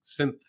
synth